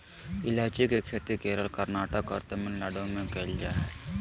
ईलायची के खेती केरल, कर्नाटक और तमिलनाडु में कैल जा हइ